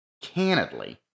candidly